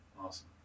Awesome